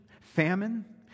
famine